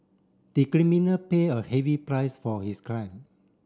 the criminal pay a heavy price for his crime